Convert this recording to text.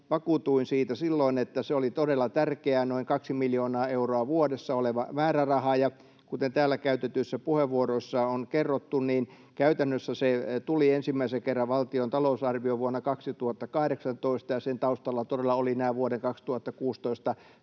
vakuutuin siitä silloin, että se oli todella tärkeää, noin kaksi miljoonaa euroa vuodessa oleva määräraha. Kuten täällä käytetyissä puheenvuoroissa on kerrottu, käytännössä se tuli ensimmäisen kerran valtion talousarvioon vuonna 2018, ja sen taustalla todella oli nämä vuoden 2016